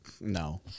no